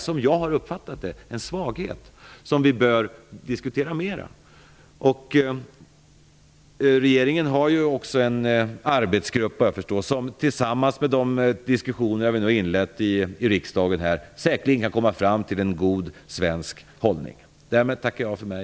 Som jag har uppfattat det är detta en svaghet som vi bör diskutera mera. Regeringen har ju tillsatt en arbetsgrupp som med utgångspunkt i de diskussioner som nu har inletts här i riksdagen säkerligen kan komma fram till en god svensk hållning. Därmed tackar jag för mig.